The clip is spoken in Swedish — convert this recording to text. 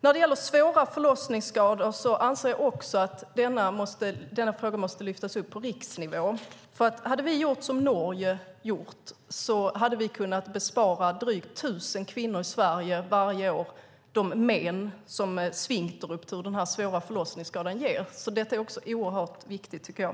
När det gäller svåra förlossningsskador anser jag också att denna fråga måste lyftas upp på riksnivå. Hade vi gjort som man har gjort i Norge hade vi kunnat bespara drygt 1 000 kvinnor i Sverige varje år de men som sfinkterruptur, den här svåra förlossningsskadan, ger. Detta är också oerhört viktigt, tycker jag.